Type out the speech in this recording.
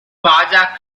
baja